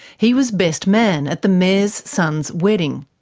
he was best man at the mayor's son's wedding.